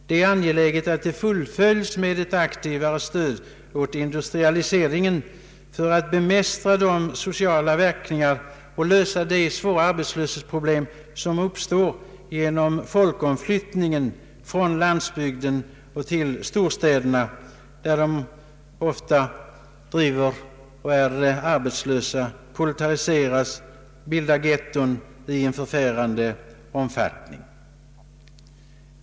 Det är angeläget att detta arbete fullföljs med ett aktivare stöd åt industrialiseringen för att bemästra de sociala verkningar och lösa de svåra arbetslöshetsproblem som uppstår genom folkomflyttningen från landsbygden till storstäderna, där människorna ofta driver omkring arbetslösa, proletariseras och bildar ghetton i en förfärande omfattning.